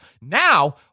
now